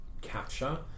capture